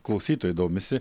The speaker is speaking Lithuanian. klausytojai domisi